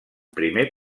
primer